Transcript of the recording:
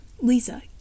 Lisa